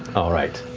all right.